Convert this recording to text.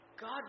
God